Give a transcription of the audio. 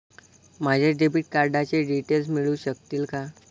माझ्या डेबिट कार्डचे डिटेल्स मिळू शकतील का?